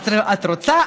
את רוצה?